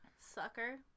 sucker